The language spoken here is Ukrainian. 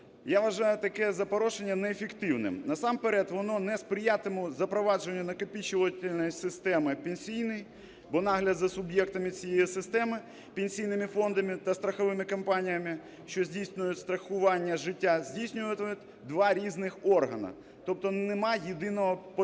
Я вважаю таке запорошення неефективним. Насамперед, воно не сприятиме запровадженню накопичувальної системи пенсійної. Бо нагляд за суб'єктами цієї системи пенсійними фондами та страховими компаніями, що здійснюють страхування життя, здійснюватимуть два різних органи, тобто нема єдиного підходу для